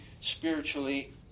spiritually